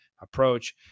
approach